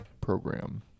Program